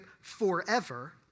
forever